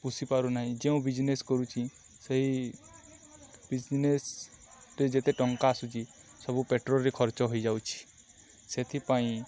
ପୋଷି ପାରୁନାହିଁ ଯେଉଁ ବିଜିନେସ୍ କରୁଛି ସେଇ ବିଜନେସ୍ରେ ଯେତେ ଟଙ୍କା ଆସୁଛି ସବୁ ପେଟ୍ରୋଲରେ ଖର୍ଚ୍ଚ ହୋଇଯାଉଛି ସେଥିପାଇଁ